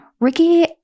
Ricky